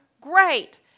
Great